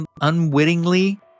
unwittingly